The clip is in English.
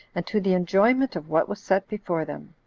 and to the enjoyment of what was set before them.